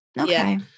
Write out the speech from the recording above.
okay